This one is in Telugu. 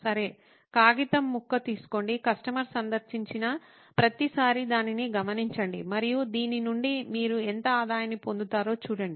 సరే కాగితం ముక్క తీసుకోండి కస్టమర్ సందర్శించిన ప్రతిసారీ దానిని గమనించండి మరియు దీని నుండి మీరు ఎంత ఆదాయాన్ని పొందుతారో చూడండి